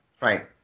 Right